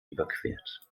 überquert